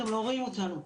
אתם לא רואים אותנו,